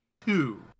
two